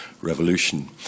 revolution